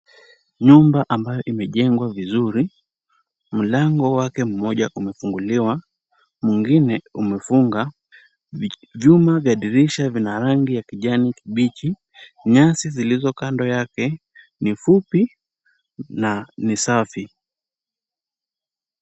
Nyumba ambayo imejengwa vizuri, mlango wake mmoja umefunguliwa, mwingine umefunga. Vyuma vya dirisha vina rangi ya kijani kibichi. Nyasi zilizo kando yake ni fupi na ni safi.